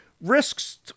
risks